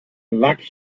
luck